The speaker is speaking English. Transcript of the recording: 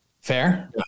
Fair